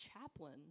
chaplain